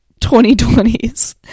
2020s